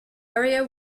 area